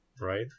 right